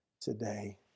today